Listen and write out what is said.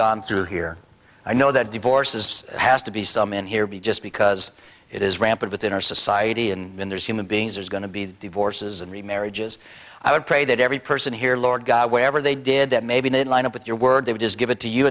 gone through here i know that divorces has to be some in here be just because it is rampant within our society and there's human beings there's going to be the divorces and remarriages i would pray that every person here lord god wherever they did that maybe didn't line up with your word they would just give it to you